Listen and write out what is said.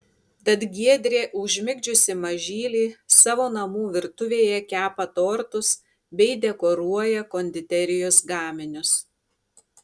tad giedrė užmigdžiusi mažylį savo namų virtuvėje kepa tortus bei dekoruoja konditerijos gaminius